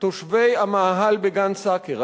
תושבי המאהל בגן-סאקר.